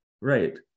Right